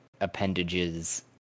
appendages